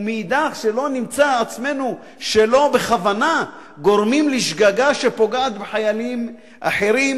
ומאידך שלא נמצא עצמנו שלא בכוונה גורמים לשגגה שפוגעת בחיילים אחרים,